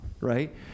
Right